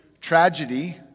Tragedy